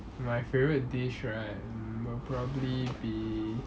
my favourite dish right mm will probably be